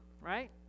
right